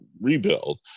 rebuild